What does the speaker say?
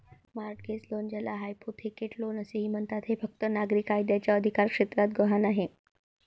mortgage loan, ज्याला hypothecate loan असेही म्हणतात, हे फक्त नागरी कायद्याच्या अधिकारक्षेत्रात गहाण आहे